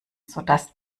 sodass